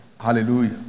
Hallelujah